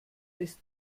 ist